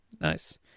Nice